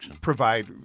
provide